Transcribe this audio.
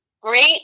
Great